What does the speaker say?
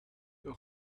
the